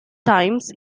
times